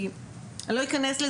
כי אני לא אכנס.